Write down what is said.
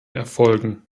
erfolgen